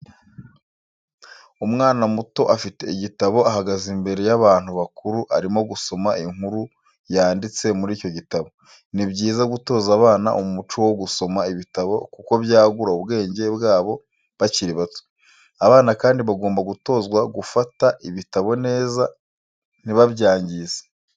Umwana muto afite igitabo ahagaze imbere y'abantu bakuru arimo gusoma inkuru yanditse muri icyo gitabo. Ni byiza gutoza abana umuco wo gusoma ibitabo kuko byagura ubwenge bwabo bakiri bato, abana kandi bagomba gutozwa gufata ibitabo neza ntibabyangize.